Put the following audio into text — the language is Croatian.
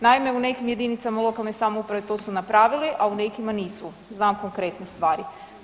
Naime, u nekim jedinicama lokalne samouprave to su napravili, a u nekima nisu, znam konkretne stvari.